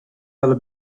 dalla